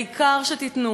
העיקר שתיתנו,